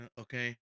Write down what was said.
Okay